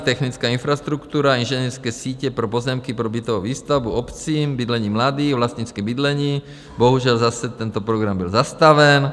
Technická infrastruktura, inženýrské sítě pro pozemky, pro bytovou výstavbu obcím, bydlení mladým, vlastnické bydlení bohužel, zase tento program byl zastaven.